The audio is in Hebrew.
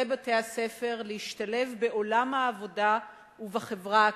בתי-הספר להשתלב בעולם העבודה ובחברה הכללית,